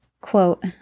Quote